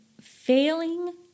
failing